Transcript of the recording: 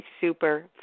super